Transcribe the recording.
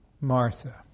Martha